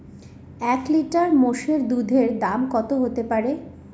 এক লিটার মোষের দুধের দাম কত হতেপারে?